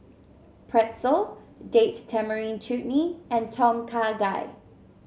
Pretzel Date Tamarind Chutney and Tom Kha Gai